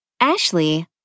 Ashley